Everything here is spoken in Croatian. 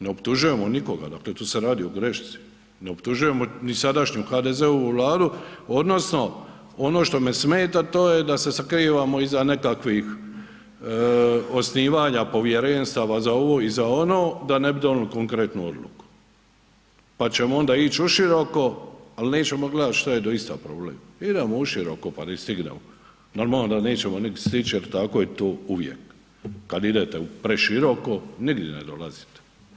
Ne optužujemo nikoga, dakle tu se radi o grešci, ne optužujemo ni sadašnju HDZ-ovu Vladu odnosno ono što me smeta, to je da se sakrivamo iza nekakvih osnivanja povjerenstava za ovo i za ono, da ne bi donijeli konkretnu odluku pa ćemo onda ići uširoko ali nećemo gledat šta je doista problem, idemo uširoko pa di stignemo, normalno da nećemo nigdje stić jer tako je to uvijek kad idete preširoko, nigdje ne dolazite.